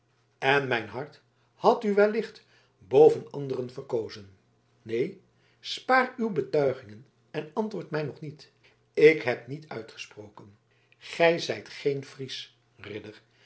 en mijn hart had u wellicht boven anderen verkozen neen spaar uwe betuigingen en antwoord mij nog niet ik heb niet uitgesproken gij zijt geen fries ridder